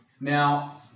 Now